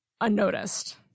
unnoticed